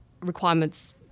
requirements